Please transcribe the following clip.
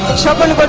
children but